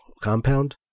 compound